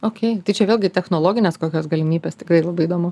okei čia vėlgi technologinės kokios galimybės tikrai labai įdomu